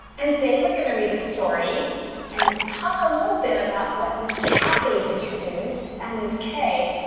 and today we're gonna read a story and talk a little bit about what miss kathy introduced and miss kay,